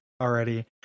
Already